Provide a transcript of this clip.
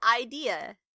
idea